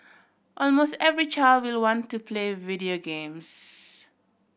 almost every child will want to play video games